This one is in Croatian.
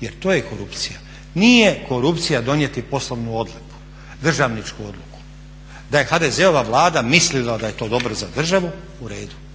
jer to je korupcija. Nije korupcija donijeti poslovnu odluku, državničku odluku, da je HDZ-ova vlada mislila da je to dobro za državu u redu,